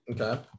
Okay